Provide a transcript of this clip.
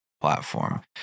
platform